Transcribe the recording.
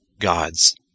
gods